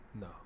No